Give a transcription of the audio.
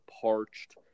parched